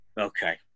Okay